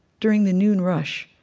during the noon rush.